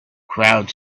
crowd